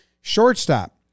Shortstop